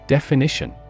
Definition